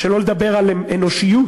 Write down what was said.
שלא לדבר על אנושיות,